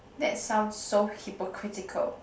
that sounds so hypocritical